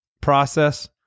process